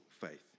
faith